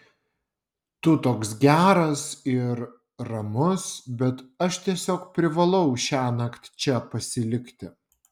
tu toks geras ir ramus bet aš tiesiog privalau šiąnakt čia pasilikti